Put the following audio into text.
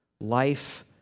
life